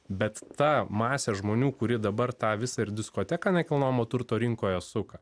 bet ta masė žmonių kuri dabar tą visą ir diskoteką nekilnojamo turto rinkoje suka